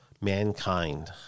mankind